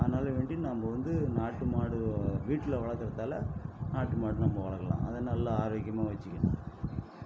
ஆனாலும் வேண்டி நம்ப வந்து நாட்டு மாடு வீட்டில் வளர்க்கிறதால நாட்டு மாடு நம்ம வளர்க்கலாம் அதை நல்லா ஆரோக்கியமாக வச்சுக்கிணும்